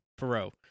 Perot